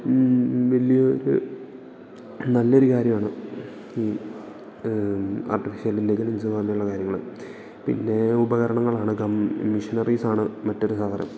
വലിയൊരു നല്ലൊരു കാര്യമാണ് ഈ ആർട്ടിഫിഷ്യൽ ഇൻ്റലിജൻസ് പോലെയുള്ള കാര്യങ്ങൾ പിന്നെ ഉപകരണങ്ങളാണ് മെഷിനറീസാണ് മറ്റൊരു സാധനം